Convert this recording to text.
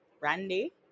Randy